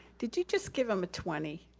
did you just give him a twenty?